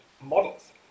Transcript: models